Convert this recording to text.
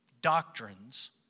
doctrines